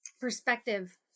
perspective